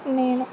నేను